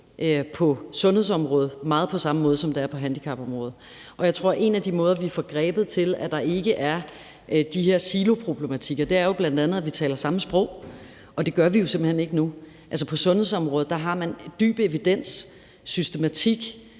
individuelt meget på samme måde, som det er på handicapområdet. Jeg tror, at en af de måder, vi får grebet til, at der ikke er de her siloproblematikker, er, at vi taler samme sprog, og det gør vi jo simpelt hen ikke nu. På sundhedsområdet har man dyb evidens, systematik,